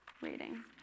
reading